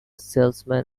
salesman